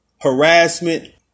harassment